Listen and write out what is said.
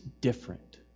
different